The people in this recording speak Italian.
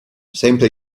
sempre